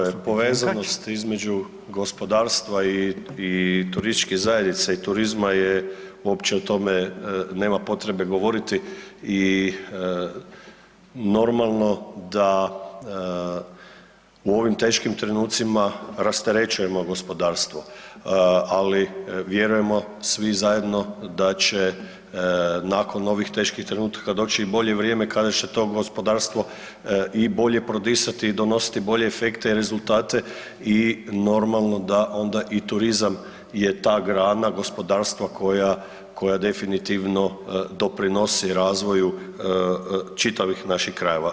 Pa tako je, povezanost između gospodarstva i, i turističkih zajednica i turizma je, uopće o tome nema potrebe govoriti i normalno da u ovim teškim trenucima rasterećujemo gospodarstvo, ali vjerujemo svi zajedno da će nakon ovih teških trenutaka doći i bolje vrijeme kada će to gospodarstvo i bolje prodisati i donositi bolje efekte i rezultate i normalno da onda i turizam je ta grana gospodarstva koja, koja definitivno doprinosi razvoju čitavih naših krajeva.